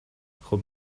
خوب